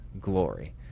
glory